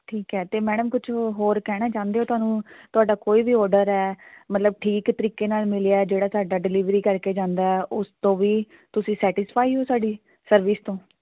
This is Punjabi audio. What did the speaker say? ਠੀਕ ਹੈ ਅਤੇ ਮੈਡਮ ਕੁਛ ਹੋ ਹੋਰ ਕਹਿਣਾ ਚਾਹੁੰਦੇ ਹੋ ਤੁਹਾਨੂੰ ਤੁਹਾਡਾ ਕੋਈ ਵੀ ਔਡਰ ਹੈ ਮਤਲਬ ਠੀਕ ਤਰੀਕੇ ਨਾਲ ਮਿਲਿਆ ਜਿਹੜਾ ਸਾਡਾ ਡਿਲੀਵਰੀ ਕਰਕੇ ਜਾਂਦਾ ਉਸ ਤੋਂ ਵੀ ਤੁਸੀਂ ਸੈਟੀਸਫਾਈ ਹੋ ਸਾਡੀ ਸਰਵਿਸ ਤੋਂ